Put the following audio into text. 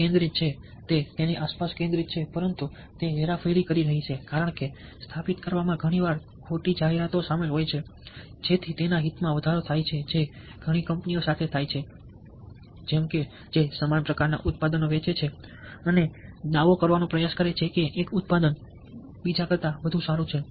તે કેન્દ્રિત છે તે તેની આસપાસ કેન્દ્રિત છે પરંતુ તે હેરાફેરી કરી રહી છે કારણ કે સ્થાપિત કરવા માં ઘણી વાર ખોટી જાહેરાતો સામેલ હોય છે જેથી હિતમાં વધારો થાય છે જે ઘણી કંપનીઓ સાથે થાય છે જે સમાન પ્રકારના ઉત્પાદનો વેચે છે અને દાવો કરવાનો પ્રયાસ કરે છે કે એક ઉત્પાદન બીજા કરતા વધુ સારું છે